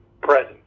present